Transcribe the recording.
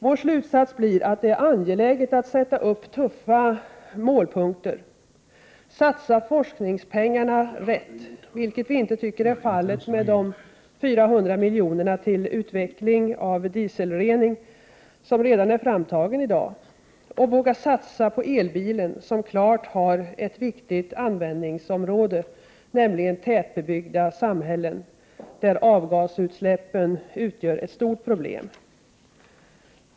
Vår slutsats blir att det är angeläget att sätta upp tuffa målpunkter, satsa forskningspengarna rätt — vilket vi inte tycker är fallet med de 400 miljonerna till utveckling av dieselrening, som redan är framtagen i dag — och våga satsa på elbilen som klart har ett viktigt användningsområde, nämligen tätbebyggda samhällen där avgasutsläppen utgör ett stort problem.